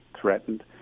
threatened